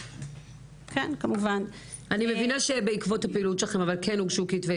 אני מבינה שבעקבות הפעילות שלכם כן הוגשו כתבי